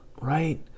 Right